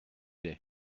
est